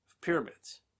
pyramids